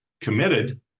committed